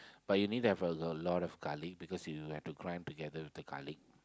but you need to have a a a lot of garlic because you have to grind together with the garlic